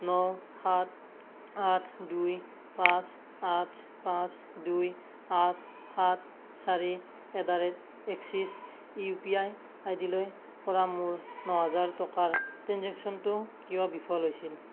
ন সাত আঠ দুই পাঁচ আঠ পাঁচ দুই আঠ সাত চাৰি at the rate Axis U P I আইডিলৈ কৰা মোৰ ন হাজাৰ টকাৰ ট্ৰেঞ্জেক্শ্য়নটো কিয় বিফল হৈছিল